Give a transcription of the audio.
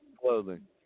clothing